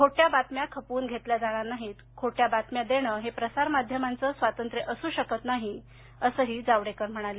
खोट्या बातम्या खपवून घेतल्या जाणार नाहीत खोट्या बातम्या देणं हे प्रसार माध्यमांचं स्वातंत्र्य असू शकत नाही असं जावडेकर म्हणाले